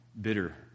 bitter